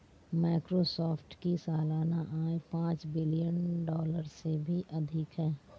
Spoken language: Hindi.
माइक्रोसॉफ्ट की सालाना आय पांच बिलियन डॉलर से भी अधिक है